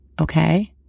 Okay